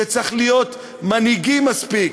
שצריכים להיות מנהיגים מספיק,